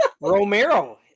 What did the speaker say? Romero